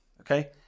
Okay